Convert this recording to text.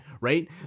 right